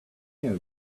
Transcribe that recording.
know